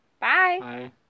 Bye